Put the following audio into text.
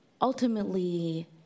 ultimately